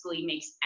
makes